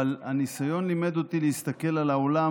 אבל הניסיון לימד אותי להסתכל על האולם